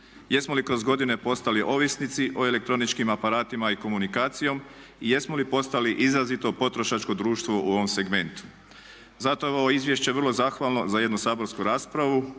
Jesmo li kroz godine postali ovisnici o elektroničkim aparatima i komunikaciji i jesmo li postali izrazito potrošačko društvo u ovom segmentu? Zato je ovo izvješće vrlo zahvalno za jednu saborsku raspravu